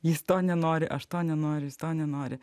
jis to nenori aš to nenoriu jis to nenori